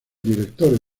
director